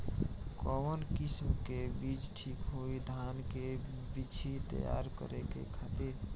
कवन किस्म के बीज ठीक होई धान के बिछी तैयार करे खातिर?